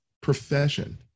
profession